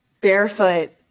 barefoot